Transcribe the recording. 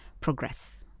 progress